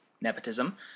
nepotism